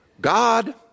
God